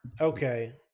Okay